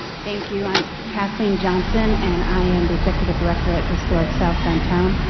thank you. i am kathleen johnson, and i am the executive director at historic south downtown,